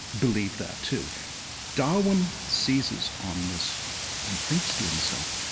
believed that too darwin seizes on this and thinks to himself,